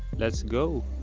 let's go!